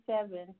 seven